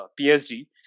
PSG